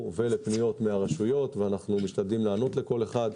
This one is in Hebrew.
ולפניות מהרשויות ואנחנו משתדלים לענות לכל אחד.